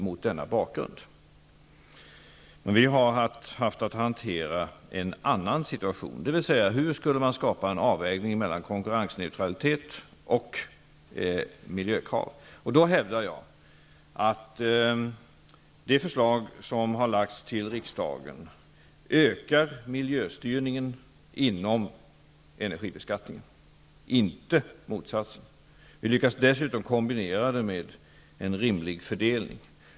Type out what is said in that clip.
Men vi har haft att hantera en annan situation, dvs. hur man skulle skapa en avvägning mellan konkurrensneutralitet och miljökrav. Då hävdar jag att de förslag som har förelagts riksdagen ökar miljöstyrningen inom energibeskattningen, inte motsatsen. Vi lyckas dessutom kombinera det med en rimlig fördelning.